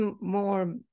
more